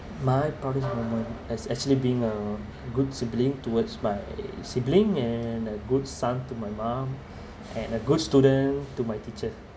my proudest moment that's actually being a good sibling towards my sibling and a good son to my mom and a good student to my teacher